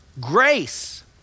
grace